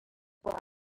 well